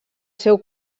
seu